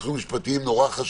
הניסוחים המשפטיים הם מאוד חשובים,